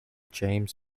james